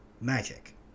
magic